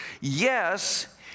yes